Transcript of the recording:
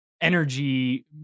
energy